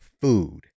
Food